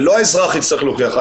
ולא האזרח יצטרך להוכיח.